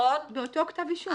באותו כתב אישום.